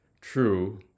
true